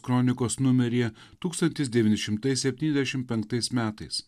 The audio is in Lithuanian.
kronikos numeryje tūkstantis devyni šimtai septyniasdešim penktais metais